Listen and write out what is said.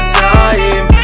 time